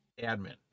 admin